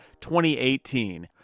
2018